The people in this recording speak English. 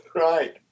Right